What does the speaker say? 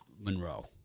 Monroe